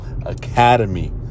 academy